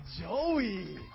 Joey